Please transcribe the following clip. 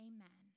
Amen